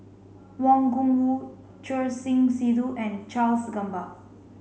Wang Gungwu Choor Singh Sidhu and Charles Gamba